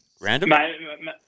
Random